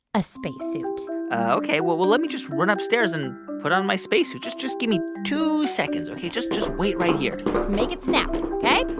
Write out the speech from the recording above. a spacesuit ok. well, let me just run upstairs and put on my spacesuit. just just give me two seconds. ok. just just wait right here just make it snappy, ok?